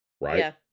right